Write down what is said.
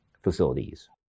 facilities